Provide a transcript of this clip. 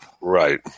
Right